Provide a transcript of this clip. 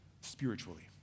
spiritually